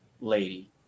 lady